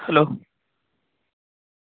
hello